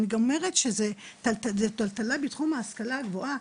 אני גם אומרת שזו טלטלה בתחום ההשכלה הגבוהה,